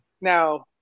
Now